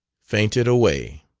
fainted away.